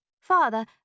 Father